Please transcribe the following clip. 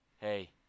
Hey